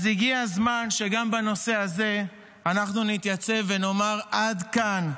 הגיע הזמן שגם בנושא הזה אנחנו נתייצב ונאמר: עד כאן.